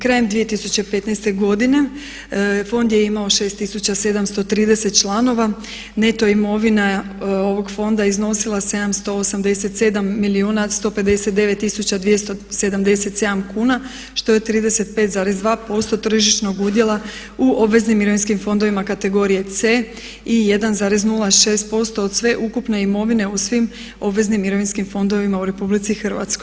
Krajem 2015.godine fond je imao 6 tisuća 730 članova, neto imovina ovog fonda iznosila je 787 milijuna 159 tisuća 277 kuna što je 35,2% tržišnog udjela u obveznim mirovinskim fondovima kategorije C i 1,06% od sve ukupne imovine u svim obveznim mirovinskim fondovima u RH.